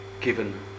given